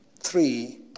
three